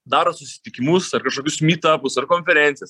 daro susitikimus ar kažkokius mytapus ar konferencijas